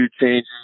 changes